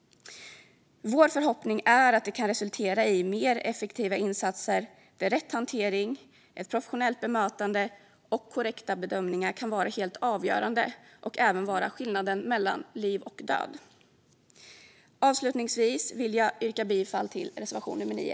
Vår förhoppning är att detta kan resultera i mer effektiva insatser, där rätt hantering, ett professionellt bemötande och korrekta bedömningar kan vara helt avgörande och även vara skillnaden mellan liv och död. Avslutningsvis vill jag yrka bifall till reservation nummer 9.